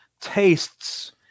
tastes